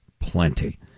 plenty